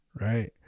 right